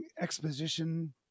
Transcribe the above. exposition